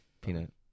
Peanut